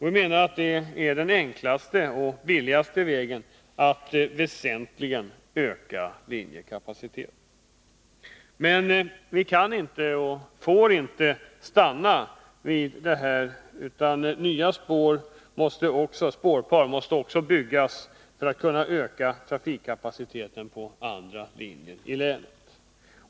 Vi menar att det är den enklaste och billigaste vägen att väsentligt höja linjekapaciteten. Men vi kan inte, och får inte, stanna vid detta, utan nya spårpar måste också byggas för att man skall kunna öka trafikkapaciteten på andra linjer i länet.